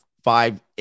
five